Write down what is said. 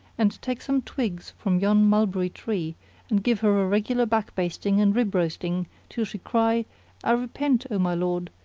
and take some twigs from yon mulberry tree and give her a regular back basting and rib roasting till she cry i repent, o my lord!